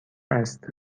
است